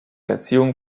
erziehung